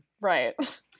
Right